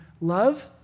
love